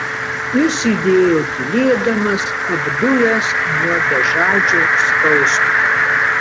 jis sėdėjo tylėdamas apdujęs nuo bežadžio skausmo